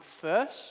first